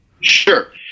Sure